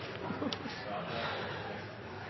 sa